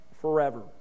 forever